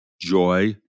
joy